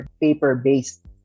paper-based